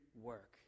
work